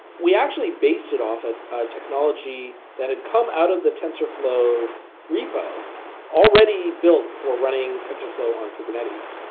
we actually based it off a technology that had come out of the tensorflow repo already built for running tensorflow on kubernetes.